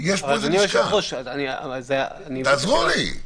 תעזרו לי.